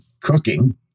cooking